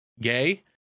gay